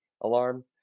alarm